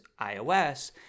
iOS